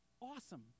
awesome